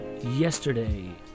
yesterday